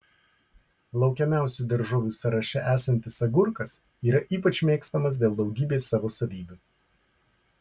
laukiamiausių daržovių sąraše esantis agurkas yra ypač mėgstamas dėl daugybės savo savybių